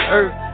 earth